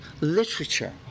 literature